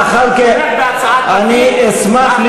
שמולי, אני לא מדבר עם עצמי, אני מדבר אתך.